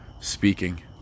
speaking